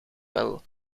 wel